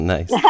Nice